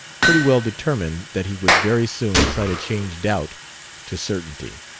pretty well determined that he would very soon try to change doubt to certainty.